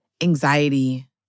anxiety